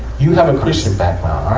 you have a christian background.